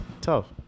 tough